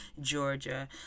Georgia